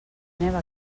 neva